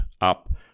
up